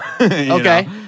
Okay